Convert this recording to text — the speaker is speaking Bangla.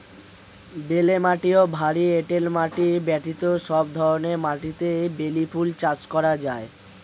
বেলে মাটি ও ভারী এঁটেল মাটি ব্যতীত সব ধরনের মাটিতেই বেলি ফুল চাষ করা যায়